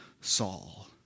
Saul